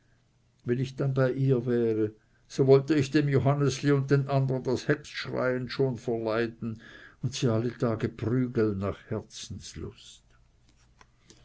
wenn ich dann bei ihr wäre so wollte ich dem johannesli und den andern das hex schreien schon verleiden und sie alle tage prügeln nach herzenslust